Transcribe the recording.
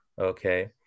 Okay